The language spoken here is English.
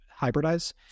hybridize